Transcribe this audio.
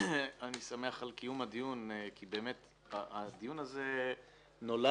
אני שמח על קיום הדיון כי באמת הדיון הזה נולד